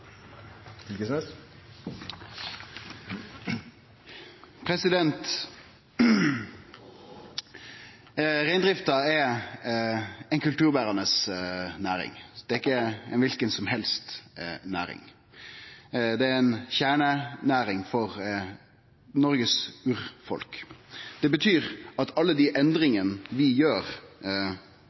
Reindrifta er ei kulturberande næring. Det er ikkje ei kva som helst næring. Det er ei kjernenæring for Noregs urfolk. Det betyr at alle dei endringane vi gjer